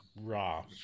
Raw